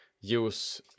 use